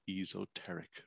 esoteric